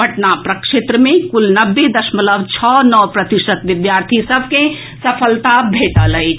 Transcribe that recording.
पटना प्रक्षेत्र सँ कुल नब्बे दश्मलव छओ नओ प्रतिशत विद्यार्थी सभ के सफलता भेटल अछि